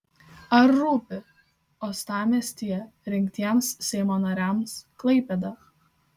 ar rūpi uostamiestyje rinktiems seimo nariams klaipėda